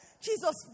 Jesus